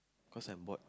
cause I'm bored